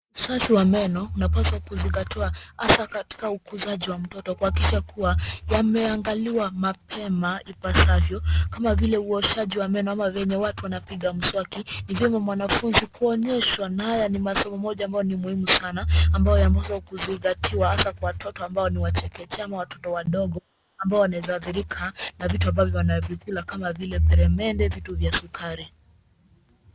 Usafi wa meno unapaswa kuzingatiwa hasa katika ukuzaji wa mtoto kuhakikisha kuwa yameangaliwa mapema ipasavyo kama vile uoshaji wa meno ama venye watu wanapiga mswaki. Ni vyema mwanafunzi kuonyeshwa naye ni masomo moja ambayo ni muhimu sana ambayo kuzingatiwa hasa kwa watoto ambao ni wa chekechea ama watoto wadogo ambao wanaweza athirika na vitu ambavyo wanavikula kama vile peremende vitu vya sukari.